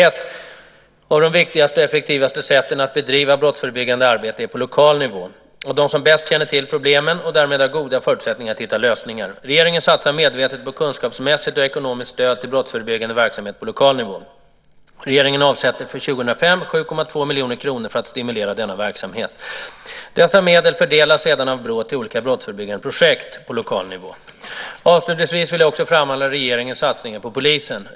Ett av de viktigaste och effektivaste sätten att bedriva brottsförebyggande arbete är att göra det på lokal nivå, av dem som bäst känner till problemen och därmed har goda förutsättningar att hitta lösningar. Regeringen satsar medvetet på kunskapsmässigt och ekonomiskt stöd till brottsförebyggande verksamhet på lokal nivå. Regeringen avsätter 7,2 miljoner kronor för år 2005 för att stimulera denna verksamhet. Dessa medel fördelas sedan av BRÅ till olika brottsförebyggande projekt på lokal nivå. Avslutningsvis vill jag också framhålla regeringens satsningar på polisen.